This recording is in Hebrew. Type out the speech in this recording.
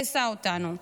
והיסה אותנו.